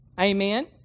Amen